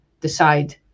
decide